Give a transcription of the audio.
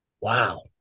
Wow